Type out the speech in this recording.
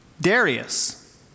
Darius